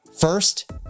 First